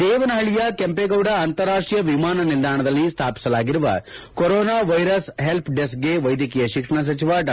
ದೇವನಹಳ್ಳಿಯ ಕೆಂಪೇಗೌಡ ಅಂತಾರಾಷ್ಷೀಯ ವಿಮಾನ ನಿಲ್ದಾಣದಲ್ಲಿ ಸ್ಮಾಪಿಸಲಾಗಿರುವ ಕರೋನಾ ವೈರಸ್ ಹೆಲ್ಪ್ ಡೆಸ್ನ್ಗೆ ವೈದ್ಯಕೀಯ ಶಿಕ್ಷಣ ಸಚಿವ ಡಾ